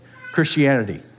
Christianity